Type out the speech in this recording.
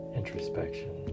introspection